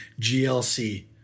GLC